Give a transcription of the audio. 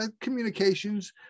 communications